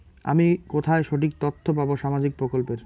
আমি কোথায় সঠিক তথ্য পাবো সামাজিক প্রকল্পের?